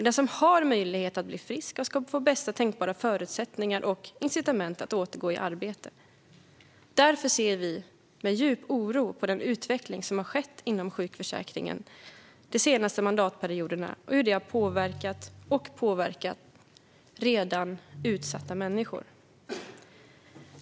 Den som har möjlighet att bli frisk ska få bästa tänkbara förutsättningar och incitament att återgå i arbete. Därför ser vi med djup oro på den utveckling som har skett inom sjukförsäkringen de senaste mandatperioderna och hur det har påverkat och påverkar redan utsatta människor.